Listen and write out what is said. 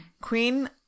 Queen